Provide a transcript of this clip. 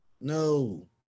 no